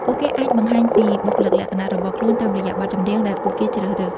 ពួកគេអាចបង្ហាញពីបុគ្គលិកលក្ខណៈរបស់ខ្លួនតាមរយៈបទចម្រៀងដែលពួកគេជ្រើសរើស។